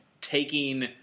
taking